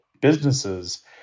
businesses